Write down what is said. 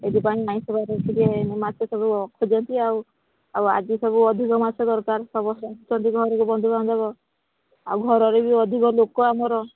ଏଥିପାଇଁ ଆଇଁଷ ବାରିରେ ଟିକିଏ ମାଛ ସବୁ ଖୋଜନ୍ତି ଆଉ ଆଉ ଆଜି ସବୁ ଅଧିକ ମାଛ ଦରକାର ସମସ୍ତେ ସବୁ ଘରେ ବି ବନ୍ଧୁବାନ୍ଧବ ଆଉ ଘରରେ ବି ଯେ ଅଧିକ ଲୋକ ଆମର